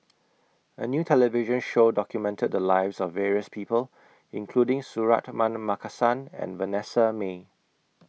A New television Show documented The Lives of various People including Suratman Markasan and Vanessa Mae